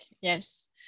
Yes